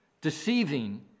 deceiving